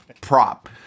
prop